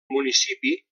municipi